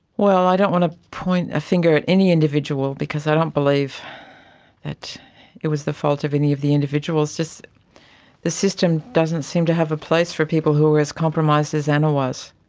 well, i don't want to point a finger at any individual because i don't believe that it was the fault of any of the individuals, just the system doesn't seem to have a place for people who were as compromised as anna was.